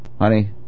honey